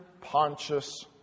Pontius